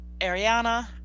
Ariana